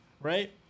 right